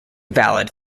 valid